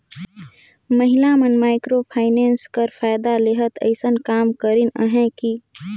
महिला मन micro finance कर फएदा लेहत अइसन काम करिन अहें कि